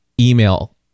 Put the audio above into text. email